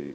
I